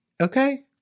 Okay